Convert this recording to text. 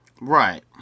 Right